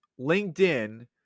LinkedIn